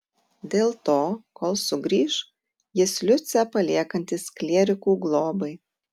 dėl to kol sugrįš jis liucę paliekantis klierikų globai